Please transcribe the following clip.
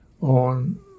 on